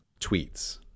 tweets